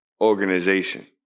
organization